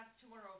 tomorrow